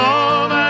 Love